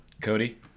Cody